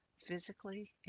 physically